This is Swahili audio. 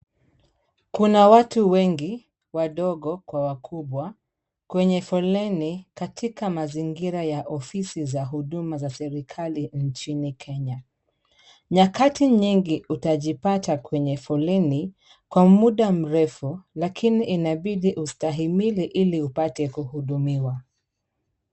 Kuna watu wengi wadogo kwa wakubwa, kwenye foleni katika mazingira ya ofisi za huduma za serikali nchini Kenya. Nyakati nyingi utajipata kwenye foleni kwa muda mrefu, lakini inabidi ustahimili ili upate kuhudumiwa.